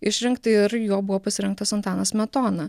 išrinkti ir juo buvo pasirinktas antanas smetona